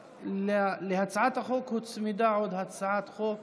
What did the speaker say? להצעת החוק הוצמדה עוד הצעת חוק